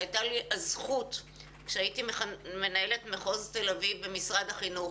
שהייתה לי הזכות עת הייתי מנהלת מחוז תל אביב במשרד החינוך